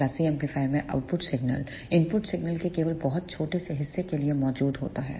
class C amplifier में output signal input signal के केवल बहुत छोटे हिस्से के लिए मौजूद होता है